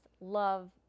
love